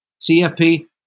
CFP